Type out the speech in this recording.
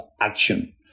action